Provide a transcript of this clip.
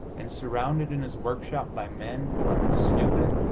and surrounded in his work-shop by men who are as stupid,